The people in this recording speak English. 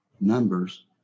numbers